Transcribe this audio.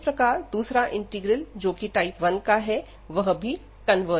और इस प्रकार दूसरा इंटीग्रल जो कि टाइप 1 का है वह भी कन्वर्जेंट है